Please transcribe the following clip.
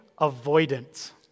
avoidance